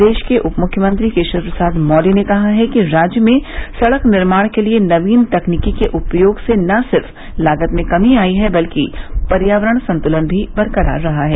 प्रदेश के उप मुख्यमंत्री केशव प्रसाद मौर्य ने कहा है कि राज्य में सड़क निर्माण के लिए नवीन तकनीकी के उपयोग से न सिर्फ लागत में कमी आयी है बल्कि पर्यावरण संतुलन भी बरकरार रहा है